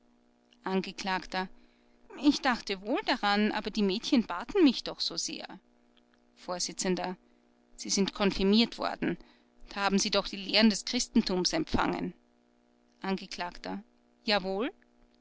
angekl ich dachte wohl daran aber die mädchen baten mich doch so sehr vors sie sind konfirmiert worden da haben sie doch die lehren des christentums empfangen angekl jawohl